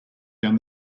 down